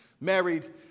married